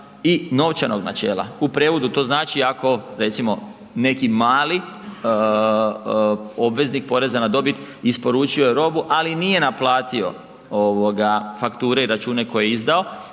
i novčanog načela. U prijevodu to znači ako recimo neki mali obveznik poreza na dobit isporučio robu, ali nije naplatio ovoga fakture i račune koje je izdao,